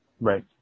Right